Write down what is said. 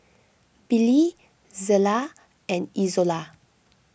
Billy Zela and Izola